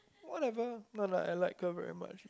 whatever not like I like her very much